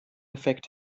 effekt